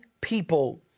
people